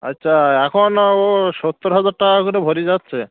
আচ্ছা এখনও ও সত্তর হাজার টাকা করে ভরি যাচ্ছে